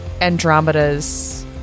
Andromeda's